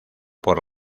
por